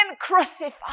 crucified